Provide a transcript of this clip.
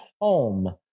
home